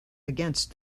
against